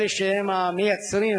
אלה שהם המייצרים,